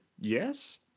yes